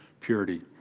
purity